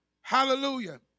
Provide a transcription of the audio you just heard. Hallelujah